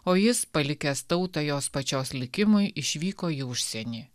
o jis palikęs tautą jos pačios likimui išvyko į užsienį